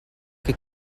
que